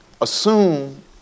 Assume